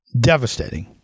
Devastating